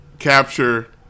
Capture